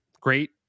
Great